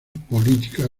política